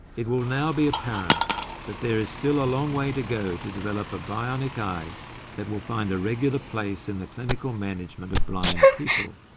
it will now be apparent that there is still a long way to go to develop a bionic eye that will find a regular place in the clinical management of blind people,